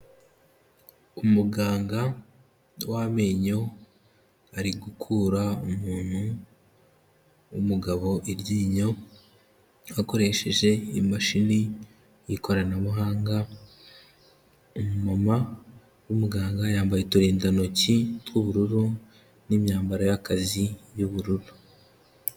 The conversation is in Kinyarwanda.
Umuganga w'amenyo, ari gukura umuntu w'umugabo iryinyo akoresheje imashini y'ikoranabuhanga, umumama w'umuganga yambaye uturindantoki tw'ubururu n'imyambaro y'akazi y'ubururu.